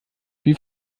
wie